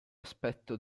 aspetto